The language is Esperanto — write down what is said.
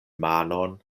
manon